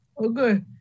Okay